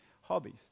hobbies